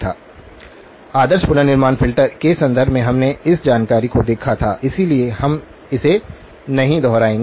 अब आदर्श पुनर्निर्माण फ़िल्टर के संदर्भ में हमने इस जानकारी को देखा था इसलिए हम इसे नहीं दोहराएंगे